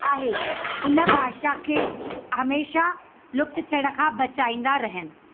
आहे उन भाषा खे हमेशह लुप्त थियण खां बचाईंदा रहनि